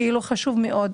חשוב מאוד,